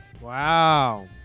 Wow